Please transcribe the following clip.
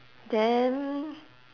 then